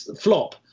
flop